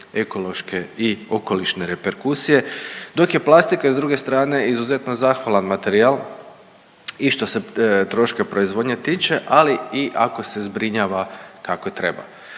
ekološke i okolišne reperkusije, dok je plastika s druge strane izuzetno zahvalan materijal i što se troška proizvodnje tiče ali i ako se zbrinjava kako treba.